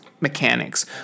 mechanics